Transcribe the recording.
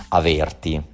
averti